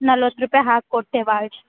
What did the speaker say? ನಲ್ವತ್ತು ರೂಪಾಯಿ ಹಾಕಿ ಕೊಟ್ಟೆವೆ